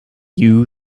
you